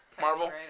Marvel